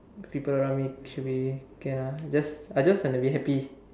people around me should be can lah I I just want to be happy